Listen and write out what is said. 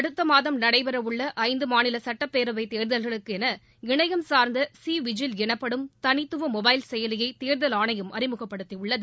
அடுத்த மாதம் நடைபெறவுள்ள ஐந்து மாநில சுட்டப் பேரவைத் தேர்தல்களுக்கு என இணையம் சுர்ந்த சி விஜில் எனப்படும் தனித்துவ மொபைல் செயலியை தேர்தல் ஆணையம் அறிமுகப்படுத்தியுள்ளது